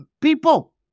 people